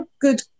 good